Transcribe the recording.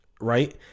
right